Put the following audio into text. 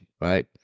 right